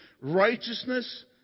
righteousness